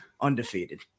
undefeated